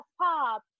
Pop